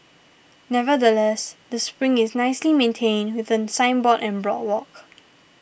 nevertheless the spring is nicely maintained with a signboard and boardwalk